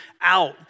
out